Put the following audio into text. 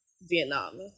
Vietnam